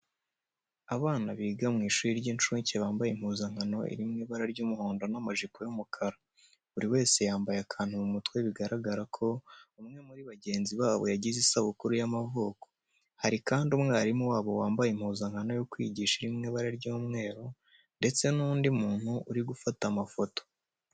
Abana biga mu ishuri ry'incuke, bambaye impuzankano iri mu ibara ry'umuhondo n'amajipo y'umukara. Buri wese yambaye akantu mu mutwe bigaragaza ko umwe muri bagenzi babo yagize isabukuru y'amavuko. Hari kandi umwarimu wabo wambaye impuzankano yo kwigisha iri mu ibara ry'umweru ndetse n'undi muntu uri gufata amafoto.